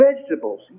Vegetables